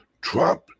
Trump